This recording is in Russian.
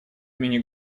имени